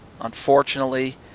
unfortunately